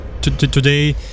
today